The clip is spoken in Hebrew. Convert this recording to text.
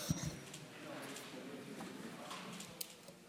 אדוני יושב-ראש הכנסת,